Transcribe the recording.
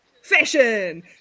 Fashion